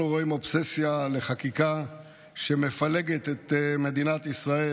אנחנו רואים אובססיה לחקיקה שמפלגת את מדינת ישראל.